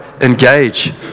engage